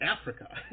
Africa